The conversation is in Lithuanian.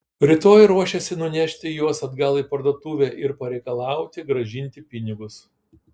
rytoj ruošėsi nunešti juos atgal į parduotuvę ir pareikalauti grąžinti pinigus